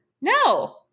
No